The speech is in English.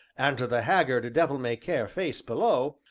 and the haggard, devil-may-care face below,